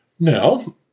Now